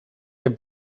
have